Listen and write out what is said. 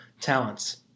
talents